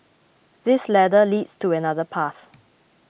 this ladder leads to another path